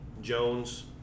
Jones